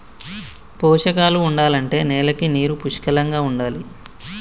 పోషకాలు ఉండాలంటే నేలకి నీరు పుష్కలంగా ఉండాలి